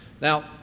Now